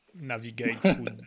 navigate